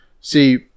see